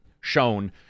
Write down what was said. shown